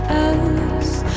else